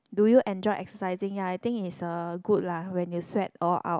do you enjoy exercising ya I think is uh good lah when you sweat all out